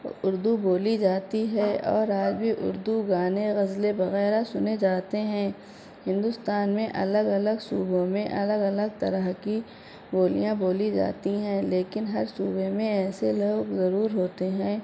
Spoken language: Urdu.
اردو بولی جاتی ہے اور آج بھی اردو گانے غزلیں وغیرہ سنے جاتے ہیں ہندوستان میں الگ الگ صوبوں میں الگ الگ طرح کی بولیاں بولی جاتی ہیں لیکن ہر صوبے میں ایسے لوگ ضرور ہوتے ہیں